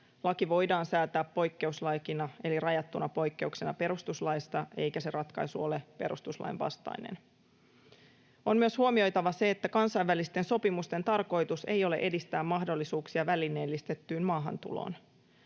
laki voidaan säätää poikkeuslakina eli rajattuna poikkeuksena perustuslaista eikä se ratkaisu ole perustuslain vastainen. On myös huomioitava se, että kansainvälisten sopimusten tarkoitus ei ole edistää mahdollisuuksia välineellistettyyn maahantuloon.